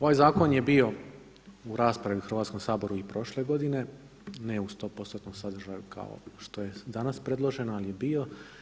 Ovaj zakon je bio u raspravi u Hrvatskom saboru i prošle godine, ne u 100%-tnom sadržaju kao što je danas predloženo ali je bio.